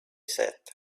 said